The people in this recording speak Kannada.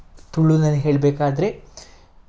ತುಳುನಲ್ಲಿ ಹೇಳಬೇಕಾದ್ರೆ